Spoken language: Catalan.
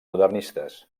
modernistes